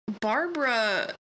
Barbara